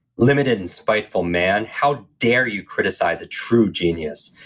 limited and spiteful man, how dare you criticize a true genius?